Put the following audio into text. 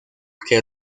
que